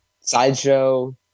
sideshow